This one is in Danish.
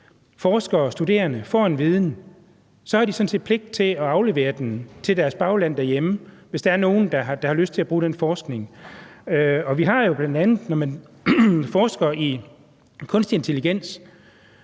forskere og studerende får en viden, har de sådan set en pligt til at aflevere den til deres bagland derhjemme, hvis der er nogen, der har lyst til at bruge den forskning. Når man forsker i kunstig intelligens,